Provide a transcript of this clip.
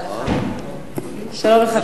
שלום לך,